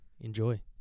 Enjoy